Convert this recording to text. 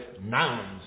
nouns